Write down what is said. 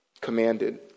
commanded